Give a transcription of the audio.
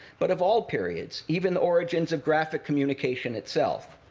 but of all periods, even the origins of graphic communication itself.